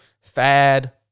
fad